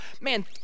man